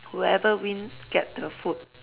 whoever wins get the food